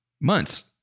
months